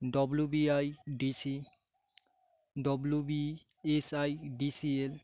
W B I D C W B S I D C L